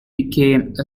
became